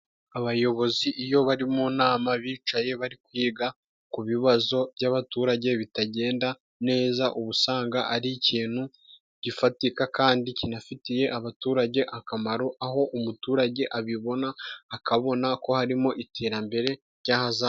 Abayobozi iyo bari mu nama bicaye bari kwiga ku bibazo by'abaturage bitagenda neza, ubu usanga ari ikintu gifatika kandi kinafitiye abaturage akamaro, aho umuturage abibona akabona ko harimo iterambere ry'ahazaza.